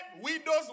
widows